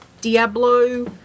diablo